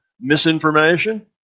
misinformation